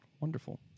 Wonderful